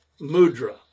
mudra